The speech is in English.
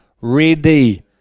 ready